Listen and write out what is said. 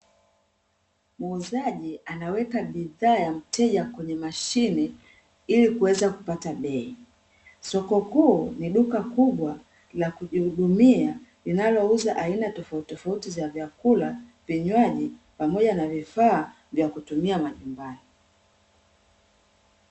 Muuzaji anaweka bidhaa ya mteja kwenye mashine ili kuweza kupata bei. Soko kuu ni duka kubwa la kujihudumia linalouza aina tofauti tofauti za vyakula , vinywaji pamoja na vifaa vya kutumia majumbani.